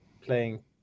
playing